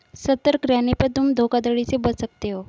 सतर्क रहने पर तुम धोखाधड़ी से बच सकते हो